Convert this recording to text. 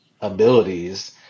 abilities